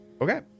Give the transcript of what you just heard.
Okay